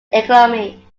economy